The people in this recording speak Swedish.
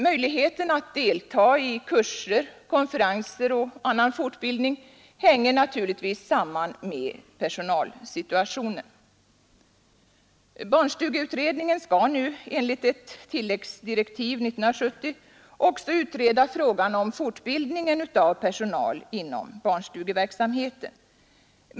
Möjligheten att delta i kurser, konferenser och annan fortbildning hänger naturligtvis samman med personalsituationen. Barnstugeutredningen skall enligt tilläggsdirektiv år 1970 också utreda frågan om fortbildningen av personal inom barnstugeverksamheten.